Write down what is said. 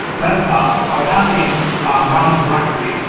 desktop. so i have a mounted directory,